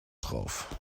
drauf